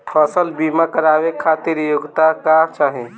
फसल बीमा करावे खातिर योग्यता का चाही?